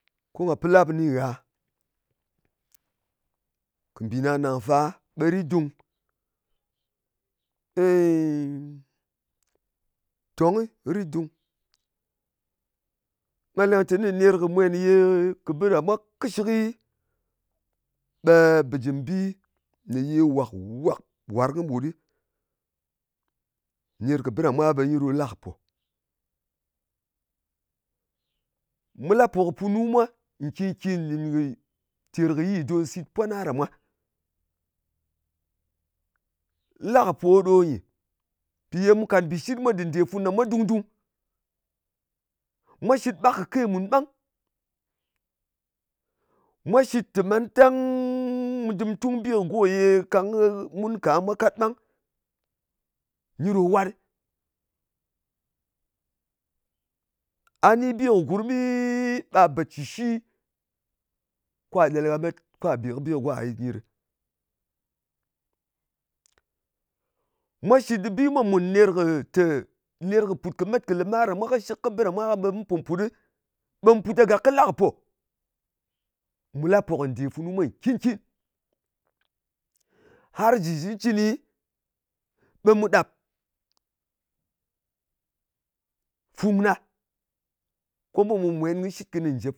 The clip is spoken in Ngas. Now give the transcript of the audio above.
Ko ngà pi lap kɨni gha, kɨ mbì nàng-nàng fa, ɓe rit dùng. Ey, tongɨ rit dung. Nga leng teni ner kɨ mwen ye kɨ bɨ ɗa mwa kɨshɨki, ɓe bɨjɨm bi, me ye wàk-wàk, wàrng kɨɓut ɗɨ ner kɨ bɨ ɗa mwa, ɓe nyi ɗo la kɨ pò. Mù la pò kɨ punu mwa nkin-kin nɗin kɨ tèr kɨ yi don sìt pwana ɗa mwa. La kɨ po ɗò nyɨ. Mpì ye mu kàt mbìshit mwa dɨ nde funu ɗa mwa dung-dung. Mwa shɨt ɓak kɨ ke mùn ɓang. Mwa shit te mantang mu du tung bi kɨ go ye kang kɨ mun ka mwa kat ɓang. Nyi ɗo wat ɗɨ. A ni bi kɨ gurmiiii, ɓa bt shɨ shi, kwà ɗel gha met, kwà bè kɨ bi kɨ go ɗa gha yɨt nyɨ ɗɨ. Mwa shit bi mwa mùn ner kɨ tè, ner kɨ pùt kɨ̀ met kɨ̀ lɨmar ɗa mwa kɨshɨk, kɨ bɨ ɗa mwa, ɓe mu pò put ɗɨ, ɓe mu put kagàk kɨ la kɨ po. Mù la po kɨ ndè funu mwa nkin-kin. Har shɨ cɨncɨni, ɓe mu ɗap fùm ɗa, ko mu pò mwen kɨ shit kɨni njep